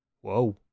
whoa